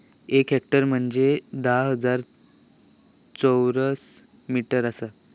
एक हेक्टर म्हंजे धा हजार चौरस मीटर आसा